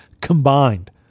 combined